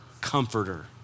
comforter